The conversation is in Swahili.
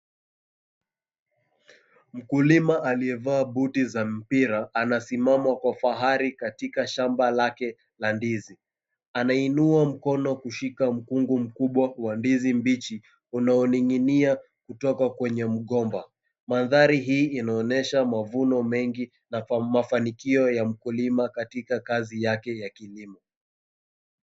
Mkulima aliyevaa buti za mpira anasimama kwa fahari katika shamba lake la ndizi. Anainua mkono kushika mkungu mkubwa wa ndizi mbichi unaoning'inia kutoka kwenye mgomba. Mandhari hii inaonyesha mavuno mengi na mafanikio ya mkulima katika kazi yake ya kilimo.